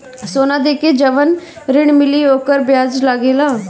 सोना देके जवन ऋण मिली वोकर ब्याज लगेला का?